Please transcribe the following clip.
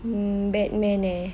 mm batman eh